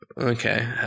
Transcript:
Okay